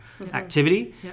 activity